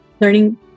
learning